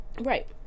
Right